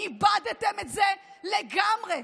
איבדתם את זה לגמרי.